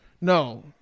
No